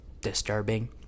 disturbing